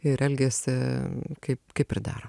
ir elgiasi kaip kaip ir dera